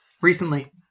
recently